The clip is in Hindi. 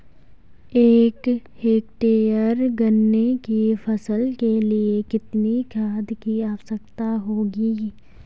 एक हेक्टेयर गन्ने की फसल के लिए कितनी खाद की आवश्यकता होगी?